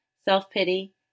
self-pity